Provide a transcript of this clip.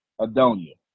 Adonia